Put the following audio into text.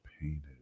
painted